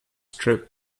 troop